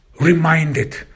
reminded